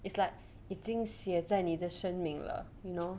it's like 已经写在你的生命了 you know